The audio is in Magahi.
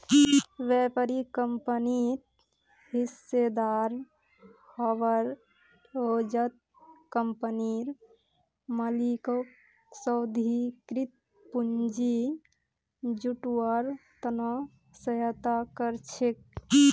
व्यापारी कंपनित हिस्सेदार हबार एवजत कंपनीर मालिकक स्वाधिकृत पूंजी जुटव्वार त न सहायता कर छेक